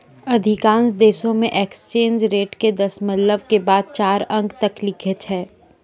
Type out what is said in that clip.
अधिकांश देशों मे एक्सचेंज रेट के दशमलव के बाद चार अंक तक लिखै छै